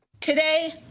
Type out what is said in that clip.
Today